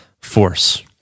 force